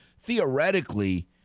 theoretically